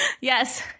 Yes